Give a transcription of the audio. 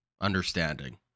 understanding